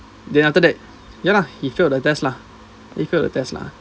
then after that ya lah he failed the test lah he failed the test lah